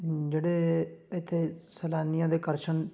ਜਿਹੜੇ ਇੱਥੇ ਸੈਲਾਨੀਆਂ ਦੇ ਆਕਰਸ਼ਨ